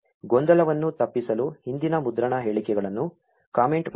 ಗೊಂದಲವನ್ನು ತಪ್ಪಿಸಲು ಹಿಂದಿನ ಮುದ್ರಣ ಹೇಳಿಕೆಗಳನ್ನು ಕಾಮೆಂಟ್ ಮಾಡೋಣ